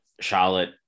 Charlotte